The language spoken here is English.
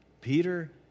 Peter